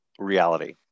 reality